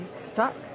stuck